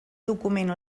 document